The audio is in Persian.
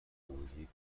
گودی